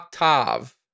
Octave